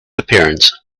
appearance